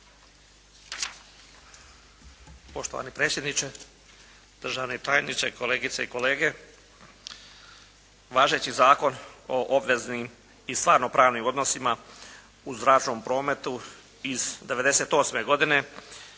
Poštovani predsjedniče, državni tajniče, kolegice i kolege. Važeći Zakon o obveznim i stvarnopravnim odnosima u zračnom prometu iz '98. godine